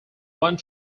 one